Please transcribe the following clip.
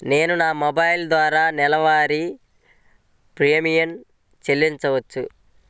నేను నా మొబైల్ ద్వారా నెలవారీ ప్రీమియం చెల్లించవచ్చా?